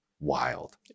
Wild